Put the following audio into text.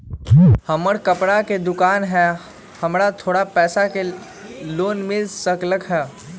हमर कपड़ा के दुकान है हमरा थोड़ा पैसा के लोन मिल सकलई ह?